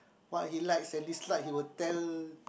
what he likes and dislike he will tell